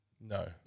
No